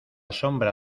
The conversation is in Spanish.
sombra